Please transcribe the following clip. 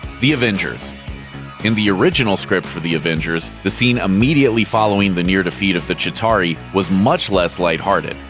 the avengers in the original script for the avengers, the scene immediately following the near-defeat of the chitauri was much less light-hearted.